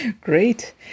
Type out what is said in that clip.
Great